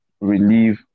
relieve